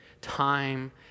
Time